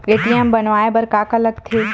ATM बनवाय बर का का लगथे?